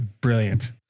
brilliant